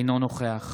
אינו נוכח